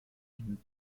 einen